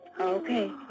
Okay